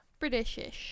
Britishish